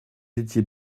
étiez